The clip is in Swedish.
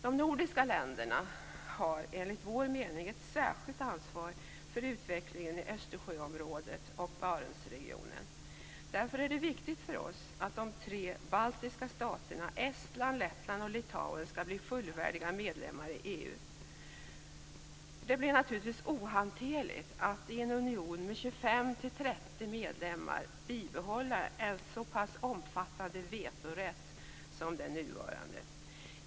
De nordiska länderna har, enligt vår mening, ett särskilt ansvar för utvecklingen i Östersjöområdet och Barentsregionen. Därför är det viktigt för oss att de tre baltiska staterna Estland, Lettland och Litauen skall bli fullvärdiga medlemmar i EU. Det blir naturligtvis ohanterligt att i en union med 25 30 medlemmar bibehålla en så pass omfattande vetorätt som den nuvarande.